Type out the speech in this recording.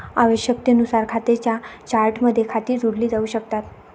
आवश्यकतेनुसार खात्यांच्या चार्टमध्ये खाती जोडली जाऊ शकतात